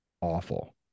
awful